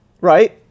Right